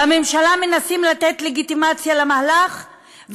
בממשלה מנסים לתת לגיטימציה למהלך,